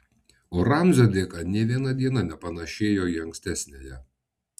o ramzio dėka nė viena diena nepanašėjo į ankstesniąją